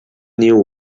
new